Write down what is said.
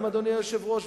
אדוני היושב-ראש,